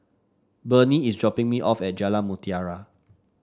Bernie is dropping me off at Jalan Mutiara